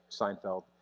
Seinfeld